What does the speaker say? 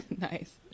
Nice